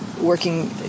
working